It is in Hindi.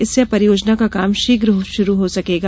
इससे अब परियोजना का काम शीघ शुरू हो सकेगा